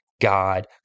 God